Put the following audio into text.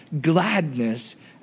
gladness